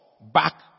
back